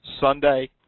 Sunday